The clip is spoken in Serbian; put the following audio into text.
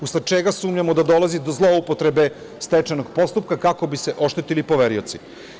Usled toga, sumnjamo da dolazi do zloupotrebe stečajnog postupka kako bi se oštetili poverioci.